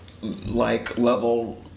like-level